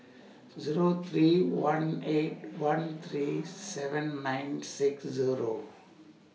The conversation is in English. Zero three one eight one three seven nine six Zero